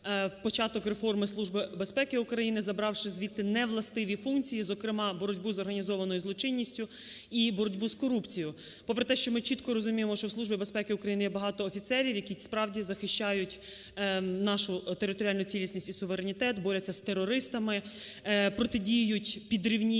України забравши звідти невластиві функції, зокрема, боротьбу з організованою злочинністю і боротьбу з корупцією. Попри те, що ми чітко розуміємо, що в Службі безпеки України є багато офіцерів, які, справді, захищають нашу територіальну цілісність і суверенітет, борються з терористами, протидіють підривній